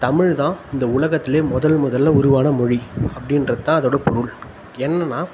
தமிழ் தான் இந்த உலகத்திலே முதல் முதலில் உருவான மொழி அப்படின்றத்தான் அதோடய பொருள் என்னென்னா